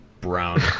brown